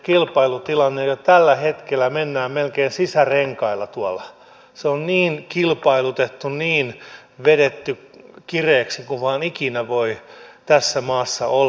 jo tällä hetkellä mennään melkein sisärenkailla tuolla se on niin kilpailutettu niin vedetty kireäksi kuin vain ikinä voi tässä maassa olla